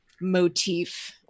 motif